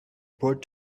bored